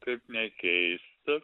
kaip nekeista